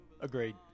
Agreed